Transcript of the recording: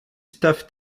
staff